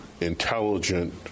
intelligent